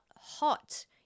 hot